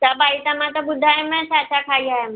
सभु आइटमा त ॿुधायोमाव छा छा खाई आयमि